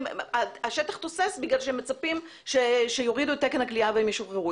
השטח תוסס כי מצפים שיורידו את תקן הכליאה והם ישוחררו.